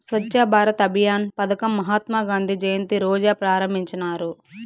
స్వచ్ఛ భారత్ అభియాన్ పదకం మహాత్మా గాంధీ జయంతి రోజా ప్రారంభించినారు